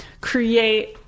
create